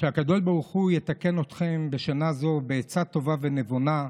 שהקדוש ברוך הוא יתקן אתכם בשנה זאת בעצה טובה ונבונה,